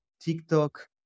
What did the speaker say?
TikTok